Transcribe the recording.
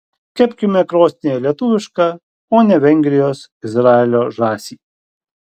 kepkime krosnyje lietuvišką o ne vengrijos izraelio žąsį